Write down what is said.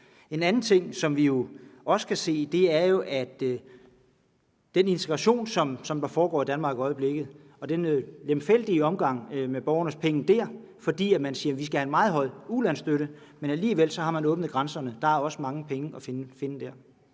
En anden ting, som vi også kan se, er jo, at hvad angår den integration, som foregår i Danmark i øjeblikket, og den lemfældige omgang med borgernes penge der, fordi man siger, at vi skal have en meget høj ulandsstøtte, men alligevel har åbnet grænserne, så er der også mange penge at finde der.